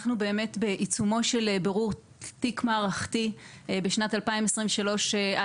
אנחנו באמת בעיצומו של בירור תיק מערכתי בשנת 2023 על